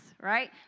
right